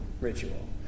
ritual